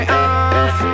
off